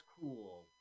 cool